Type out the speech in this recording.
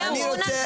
מי אמון על זה?